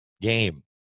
game